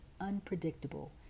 unpredictable